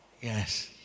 yes